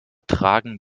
tragen